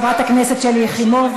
תודה רבה לחברת הכנסת שלי יחימוביץ,